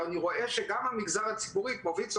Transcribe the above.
אני רואה שגם הציבורי כמו ויצו,